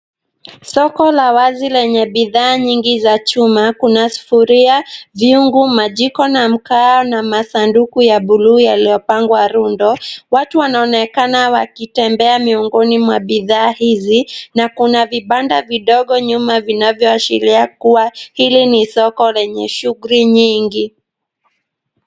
Soko la wazi lenye bidhaa nyingi za chuma. Kuna sufuria, vyungu, majiko na mkaa na masanduku ya buluu yaliyopangwa rundo. Watu wanaonekana wakitembea miongoni mwa bidhaa hizi, na kuna vibanda vidogo nyuma vinavyoashiria kuwa hili ni soko lenye shughuli nyingi.